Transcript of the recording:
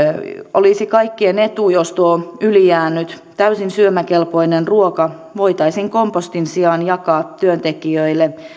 olisi kaikkien etu jos tuo ylijäänyt täysin syömäkelpoinen ruoka voitaisiin kompostin sijaan jakaa työntekijöille